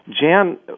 Jan